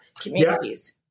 communities